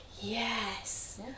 Yes